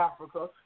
Africa